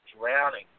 drowning